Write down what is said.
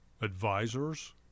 advisors